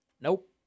Nope